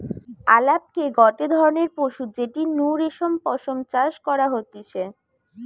আলাপকে গটে ধরণের পশু যেটির নু রেশম পশম চাষ করা হতিছে